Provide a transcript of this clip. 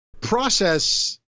process